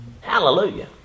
Hallelujah